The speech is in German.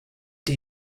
die